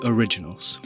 Originals